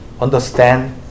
understand